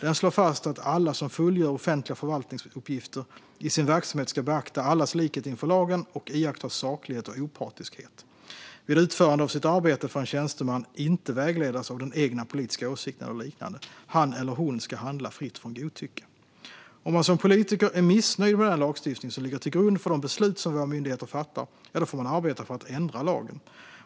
Den slår fast att alla som fullgör offentliga förvaltningsuppgifter i sin verksamhet ska beakta allas likhet inför lagen och iaktta saklighet och opartiskhet. Vid utförande av sitt arbete får en tjänsteman inte vägledas av den egna politiska åsikten eller liknande. Han eller hon ska handla fritt från godtycke. Om man som politiker är missnöjd med den lagstiftning som ligger till grund för de beslut som våra myndigheter fattar får man arbeta för att ändra lagen.